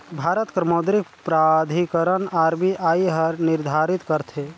भारत कर मौद्रिक प्राधिकरन आर.बी.आई हर निरधारित करथे